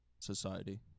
society